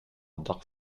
dark